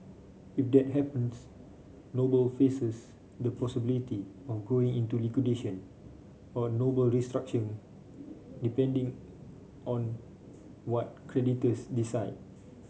if that happens Noble faces the possibility of going into liquidation or a Noble restructuring depending on what creditors decide